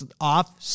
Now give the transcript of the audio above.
off